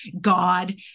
God